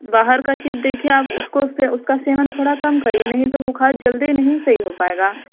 बाहर का चीज देखिए आप उसको उससे उसका सेवन थोड़ा कम करिए नहीं तो बुखार जल्दी नहीं सही हो पाएगा